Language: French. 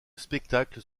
spectacle